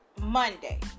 Monday